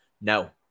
no